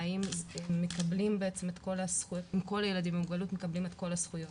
והאם כל הילדים עם מוגבלות מקבלים את כל הזכויות.